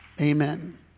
Amen